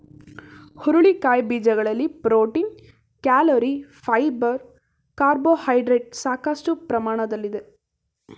ಹುರುಳಿಕಾಯಿ ಬೀಜಗಳಲ್ಲಿ protein, calorie, fibre carbohydrates ಸಾಕಷ್ಟು ಪ್ರಮಾಣದಲ್ಲಿದೆ